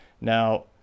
now